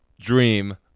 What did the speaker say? Dream